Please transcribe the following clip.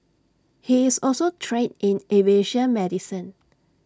he is also trained in aviation medicine